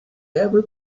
every